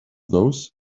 those